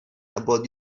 about